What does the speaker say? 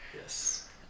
Yes